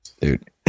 Dude